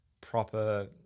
proper